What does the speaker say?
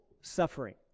suffering